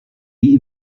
die